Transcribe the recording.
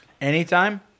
Anytime